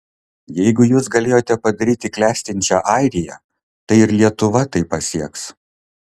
jeigu jūs galėjote padaryti klestinčią airiją tai ir lietuva tai pasieks